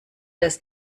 dass